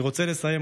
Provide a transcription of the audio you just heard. אני רוצה לסיים,